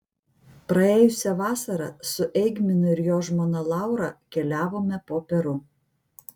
praėjusią vasarą su eigminu ir jo žmona laura keliavome po peru